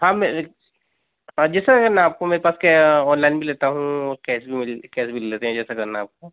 हाँ में हाँ जैसा है ना आपको मेरे पास क्या ऑनलाइन भी लेता हूँ और कैस भी मैं कैस भी ले लेते हैं जैसा करना है आपको